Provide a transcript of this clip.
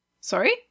Sorry